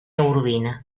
urbina